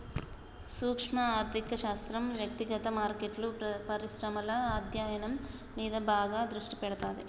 సూక్శ్మ ఆర్థిక శాస్త్రం వ్యక్తిగత మార్కెట్లు, పరిశ్రమల అధ్యయనం మీద బాగా దృష్టి పెడతాది